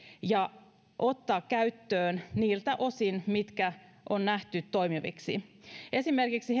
ja ottaa käyttöön niiltä osin mitkä on nähty toimiviksi esimerkiksi